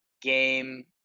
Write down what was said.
game